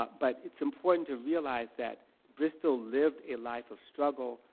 but but it's important to realize that bristol lived a life of struggle,